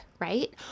Right